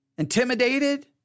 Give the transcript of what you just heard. intimidated